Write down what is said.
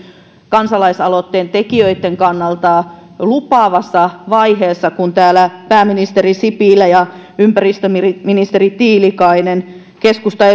kansalaisaloitteen tekijöitten kannalta niin lupaavassa vaiheessa kun täällä pääministeri sipilä ja ympäristöministeri tiilikainen keskustan